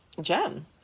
gem